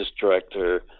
director